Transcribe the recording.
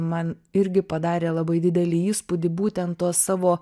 man irgi padarė labai didelį įspūdį būtent tuo savo